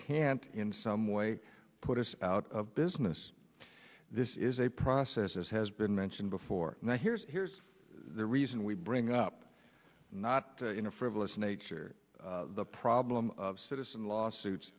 can in some way put us out of business this is a process as has been mentioned before here's the reason we bring up not in a frivolous nature the problem of citizen lawsuits